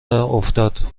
افتاد